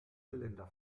geländer